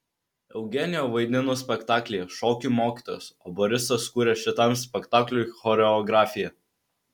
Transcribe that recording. eugenija vaidino spektaklyje šokių mokytojas o borisas kūrė šitam spektakliui choreografiją